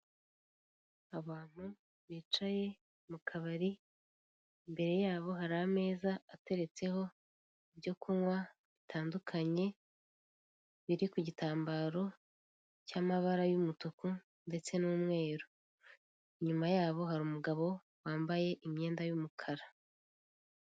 Abantu bicaye mu kabari imbere yabo hari ameza ateretseho ibyo kunywa, bitandukanye biri kugitambaro cy'amabaro y'umutuku ndetse n'umweru, inyuma yabo hari wambaye imyenda y'umukara.